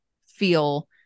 feel